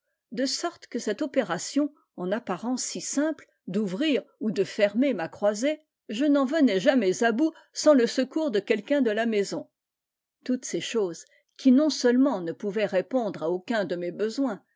de sorte que cette opération en apparence si simple d'ouvrir ou de fermer ma croisée je n'en venais jamais à bout sans é secours de quelqu'un de la maison toutes ces choses qui non seulement ne pouvaient répondre à aucun de mes besoins